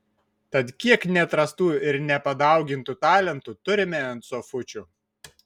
tad kiek neatrastų ir nepadaugintų talentų turime ant sofučių